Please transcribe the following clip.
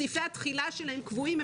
סעיפי התחילה שלהם קבועים,